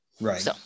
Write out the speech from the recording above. Right